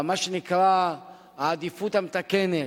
מה שנקרא עדיפות מתקנת.